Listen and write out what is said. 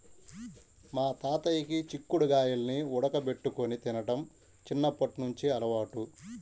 మా తాతయ్యకి చిక్కుడు గాయాల్ని ఉడకబెట్టుకొని తినడం చిన్నప్పట్నుంచి అలవాటు